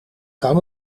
kan